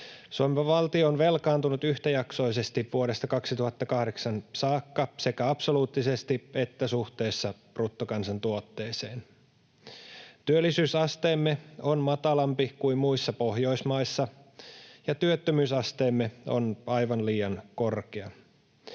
Suomen valtio on velkaantunut yhtäjaksoisesti vuodesta 2008 saakka sekä absoluuttisesti että suhteessa bruttokansantuotteeseen. Työllisyysasteemme on matalampi kuin muissa Pohjoismaissa, ja työttömyysasteemme on aivan liian korkea.